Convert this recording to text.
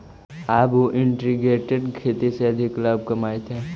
अब उ इंटीग्रेटेड खेती से अधिक लाभ कमाइत हइ